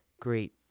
great